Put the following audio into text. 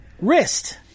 wrist